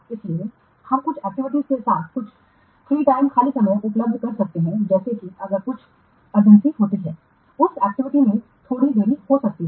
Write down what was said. इसलिए हम कुछ एक्टिविटीज के साथ कुछ खाली समय उपलब्ध कर सकते हैं जैसे कि अगर कुछ तात्कालिकता होती है उस एक्टिविटी में थोड़ी देरी हो सकती है